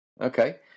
okay